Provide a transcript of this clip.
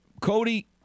Cody